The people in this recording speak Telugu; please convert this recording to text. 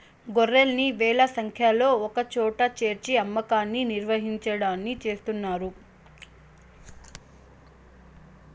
గొర్రెల్ని వేల సంఖ్యలో ఒకచోట చేర్చి అమ్మకాన్ని నిర్వహించడాన్ని చేస్తున్నారు